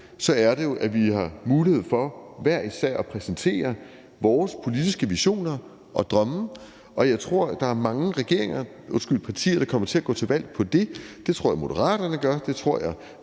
er det at give os mulighed for hver især at præsentere vores politiske visioner og drømme, og jeg tror, der er mange partier, der kommer til at gå til valg på det. Det tror jeg Moderaterne gør, det tror jeg